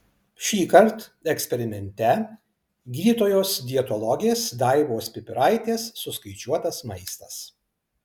šįkart eksperimente gydytojos dietologės daivos pipiraitės suskaičiuotas maistas